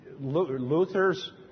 Luther's